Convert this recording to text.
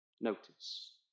Notice